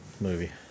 movie